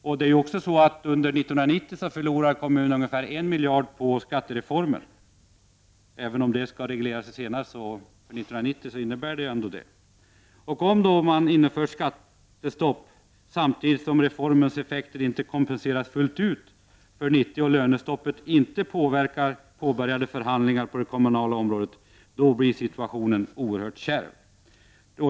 Under 1990 förlorar kommunerna ungefär 1 miljard på skattereformen. Även om det skall regleras senare, innebär reformen detta för 1990. Om man inför skattestopp samtidigt som reformens effekter inte kompenseras fullt ut för 1990 och lönestoppet inte påverkar påbörjade förhandlingar på det kommunala området, blir situationen oerhört kärv.